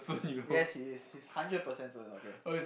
yes he is he's hundred percent 尊 okay